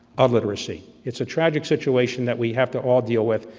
a-literacy. it's a tragic situation that we have to all deal with,